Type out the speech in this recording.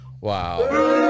Wow